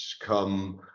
come